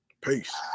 Peace